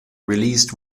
released